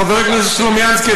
חבר הכנסת סלומינסקי,